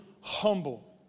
humble